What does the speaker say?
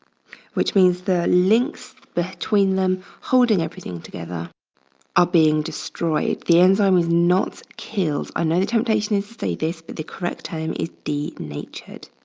which means the links between them holding everything together are being destroyed. the enzyme is not killed. i know the temptation is to say this but the correct term is denatured.